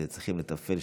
שצריכים לתפעל,